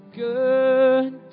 good